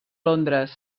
londres